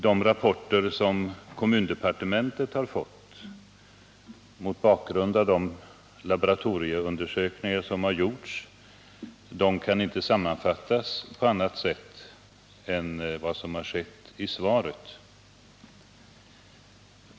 De rapporter som kommundepartementet har fått mot bakgrund av de laboratorieundersökningar som har gjorts kan inte sammanfattas på annat sätt än som har skett i svaret.